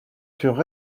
furent